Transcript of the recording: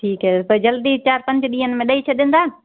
ठीकु आएहे त जल्दी चारि पंज ॾींहंनि में ॾई छॾंदा